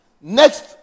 next